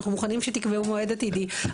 אנחנו מוכנים שתקבעו מועד עתידי,